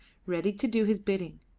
ready to do his bidding.